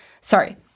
sorry